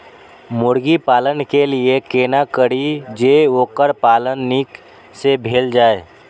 मुर्गी पालन के लिए केना करी जे वोकर पालन नीक से भेल जाय?